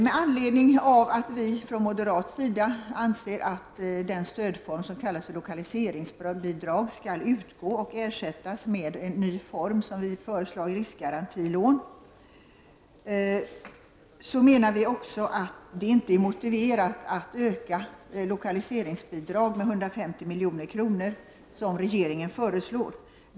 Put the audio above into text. Med anledning av att vi från moderat sida anser att den stödform som kallas lokaliseringsbidrag skall utgå och ersättas med en ny form föreslår vi riskgarantilån. Vi menar också att det inte är motiverat att öka lokaliseringsbidraget med 150 milj.kr., som regeringen föreslår.